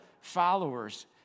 followers